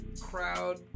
crowd